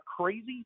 crazy